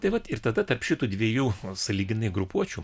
taip vat ir tada tarp šitų dviejų sąlyginai grupuočių